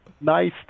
nice